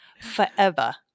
forever